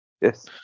Yes